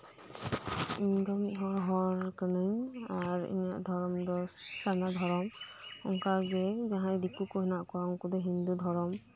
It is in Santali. ᱤᱧᱦᱚ ᱢᱤᱫᱦᱚᱲ ᱦᱚᱲ ᱠᱟᱹᱱᱟᱹᱧ ᱟᱨ ᱤᱧᱟᱹᱜ ᱫᱷᱚᱨᱚᱢ ᱫᱚ ᱥᱟᱨᱱᱟ ᱫᱷᱚᱨᱚᱢ ᱚᱱᱠᱟᱜᱮ ᱡᱟᱦᱟᱸᱭ ᱫᱤᱠᱩᱠᱩ ᱦᱮᱱᱟᱜ ᱠᱚᱣᱟ ᱩᱱᱠᱩᱫᱚ ᱦᱤᱱᱫᱩ ᱫᱷᱚᱨᱚᱢ